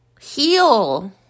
Heal